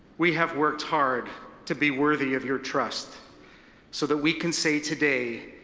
we have worked hard to be worthy of your trust, so that we can say today,